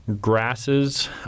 Grasses